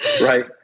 right